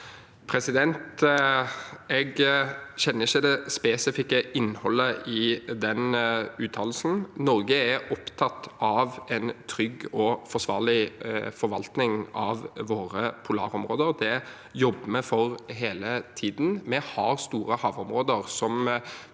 Jeg kjenner ikke det spesifikke innholdet i den uttalelsen. Norge er opptatt av en trygg og forsvarlig forvaltning av våre polarområder, det jobber vi for hele tiden. Vi har store havområder som